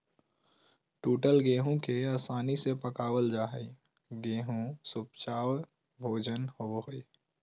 टूटल गेहूं के आसानी से पकवल जा हई गेहू सुपाच्य भोजन होवई हई